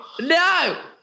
No